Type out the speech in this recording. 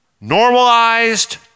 normalized